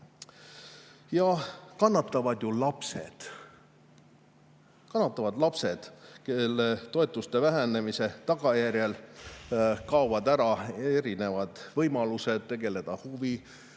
Kannatavad ju lapsed. Kannatavad lapsed, kellel toetuste vähenemise tagajärjel kaovad ära erinevad võimalused tegeleda